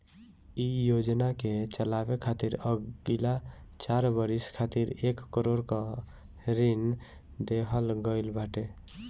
इ योजना के चलावे खातिर अगिला चार बरिस खातिर एक करोड़ कअ ऋण देहल गईल बाटे